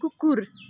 कुकुर